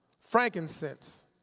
frankincense